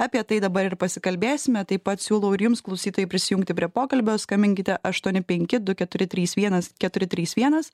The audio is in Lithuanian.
apie tai dabar ir pasikalbėsime taip pat siūlau ir jums klausytojai prisijungti prie pokalbio skambinkite aštuoni penki du keturi trys vienas keturi trys vienas